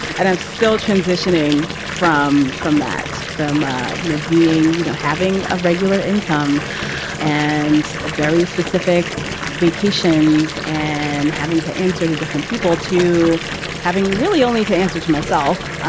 and i'm still transitioning from from that. from ah you know being, you know, having a regular income and very specific vacations and having to answer to different people, to having really only to answer to myself